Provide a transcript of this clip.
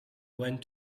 went